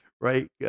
right